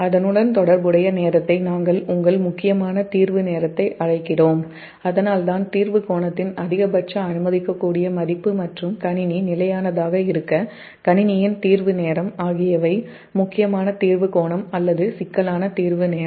அதனுடன் தொடர்புடைய நேரத்தை உங்கள் முக்கியமான தீர்வு நேரம் என்று அழைக்கிறோம் அதனால்தான் தீர்வு கோணத்தின் அதிகபட்ச அனுமதிக்கக் கூடிய மதிப்பு மற்றும் கணினி நிலையானதாக இருக்க கணினியின் தீர்வு நேரம் ஆகியவை முக்கியமான தீர்வு கோணம் அல்லது சிக்கலான தீர்வு நேரம்